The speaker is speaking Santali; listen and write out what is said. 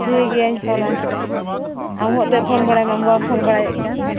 ᱴᱷᱤᱠ ᱜᱮᱭᱟᱧ ᱯᱷᱳᱱᱟ ᱟᱢ ᱦᱚᱸ ᱮᱱᱛᱮᱫ ᱯᱷᱳᱱ ᱵᱟᱲᱟᱭᱢᱮ ᱵᱟᱢ ᱯᱷᱳᱱ ᱵᱟᱲᱟᱭᱮᱫ ᱠᱟᱱ